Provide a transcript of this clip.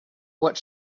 what